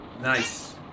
Nice